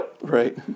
Right